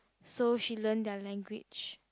so she learn their language